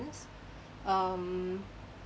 um